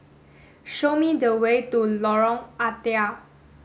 show me the way to Lorong Ah Thia